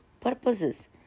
purposes